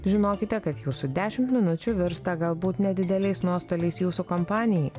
žinokite kad jūsų dešimt minučių virsta galbūt nedideliais nuostoliais jūsų kompanijai